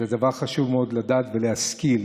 שחשוב מאוד לדעת עליה ולהשכיל,